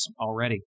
already